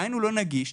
הוא לא נגיש,